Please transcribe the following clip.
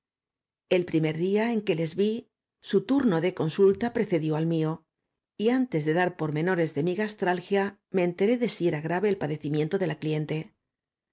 el primer día en que les vi su turno de consulta precedió al mío y antes de dar pormenores de mi gastralgia me enteré de si era grave el p a decimiento de la cliente